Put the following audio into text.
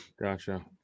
Gotcha